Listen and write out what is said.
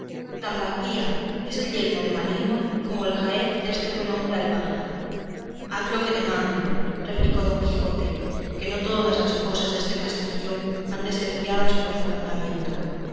tan bacía es el yelmo de malino como el jaez deste buen hombre albarda haz lo que te mando replicó don quijote que no todas las cosas deste castillo han de ser guiadas por encantamento